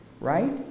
Right